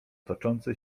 toczącej